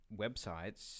websites